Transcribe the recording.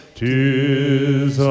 tis